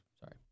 Sorry